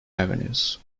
avenues